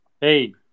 Hey